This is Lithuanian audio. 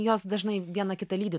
jos dažnai viena kitą lydi